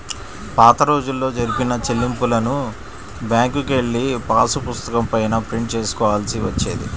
పాతరోజుల్లో జరిపిన చెల్లింపులను బ్యేంకుకెళ్ళి పాసుపుస్తకం పైన ప్రింట్ చేసుకోవాల్సి వచ్చేది